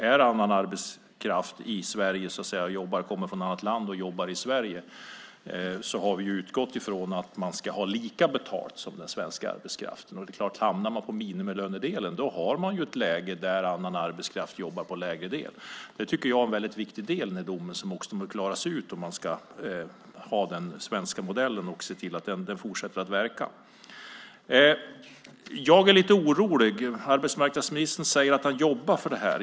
Är annan arbetskraft i Sverige och jobbar, kommer man från annat land och jobbar i Sverige, har vi ju utgått från att man ska ha lika mycket betalt som den svenska arbetskraften. Det är klart, hamnar man på detta med minimilön har man ju ett läge där annan arbetskraft arbetar för mindre. Det tycker jag är en viktig del i den här domen, som bör klaras ut om man ska ha den svenska modellen och se till att den fortsätter att verka. Jag är lite orolig. Arbetsmarknadsministern säger att han jobbar för det här.